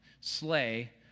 slay